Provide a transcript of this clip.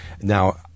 Now